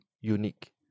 unique